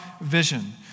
vision